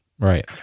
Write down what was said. Right